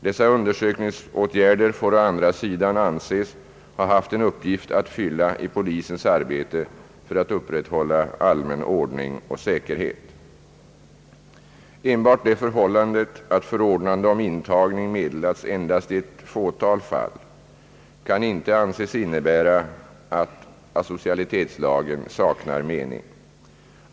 Dessa undersökningsåtgärder får å andra sidan anses ha haft en uppgift att fylla i polisens arbete att upprätthålla allmän ordning och säkerhet. Enbart det förhållandet att förordnande om intagning meddelats endast 1 ett fåtal fall kan inte anses innebära att asocialitetslagen saknar mening.